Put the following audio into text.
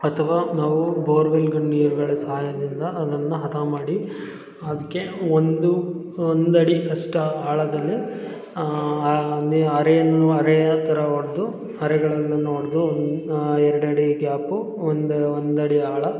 ಅಥವಾ ನಾವು ಬೋರ್ವೆಲ್ಗಳ ನೀರುಗಳ ಸಹಾಯದಿಂದ ಅದನ್ನು ಹದ ಮಾಡಿ ಅದಕ್ಕೆ ಒಂದು ಒಂದಡಿ ಅಷ್ಟ ಆಳದಲ್ಲಿ ನೆ ಅರೆಯನ್ನು ಅರೆಯ ಥರ ಒಡೆದು ಅರೆಗಳನ್ನು ಒಡೆದು ಒಂದು ಎರಡು ಅಡಿ ಗ್ಯಾಪು ಒಂದು ಒಂದಡಿ ಆಳ